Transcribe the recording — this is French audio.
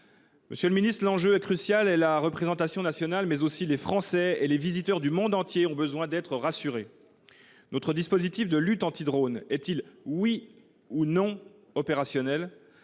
espérer le contraire. L'enjeu est crucial. La représentation nationale, les Français et les visiteurs du monde entier ont besoin d'être rassurés. Notre dispositif de lutte anti-drones est-il, oui ou non, opérationnel ?